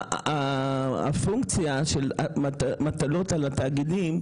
הפונקציה של מטלות על התאגידים,